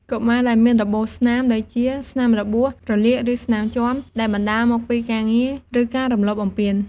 កុមារដែលមានរបួសស្នាម ដូចជាមានស្នាមរបួស រលាក ឬស្នាមជាំដែលបណ្ដាលមកពីការងារ ឬការរំលោភបំពាន។